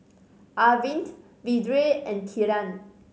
Arvind Vedre and Kiran